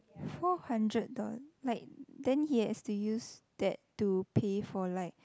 four hundred dollar like then he has to use that to pay for like